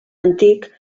antic